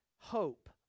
hope